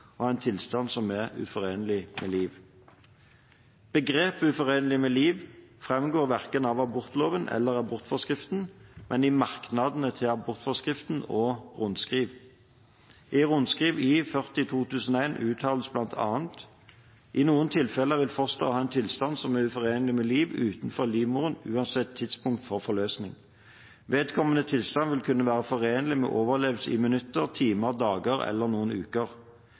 en tilstand som er uforenelig med liv. Begrepet «uforenelig med liv» framgår verken av abortloven eller abortforskriften, men i merknadene til abortforskriften og i rundskriv. I rundskriv I-40/2001 uttales bl.a.: «I noen tilfeller vil fosteret ha en tilstand som er uforenelig med liv utenfor livmoren uansett tidspunkt for forløsning. Vedkommende tilstand vil kunne være forenelig med overlevelse i minutter, timer, dager eller noen uker.